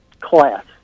class